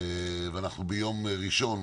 ביום ראשון,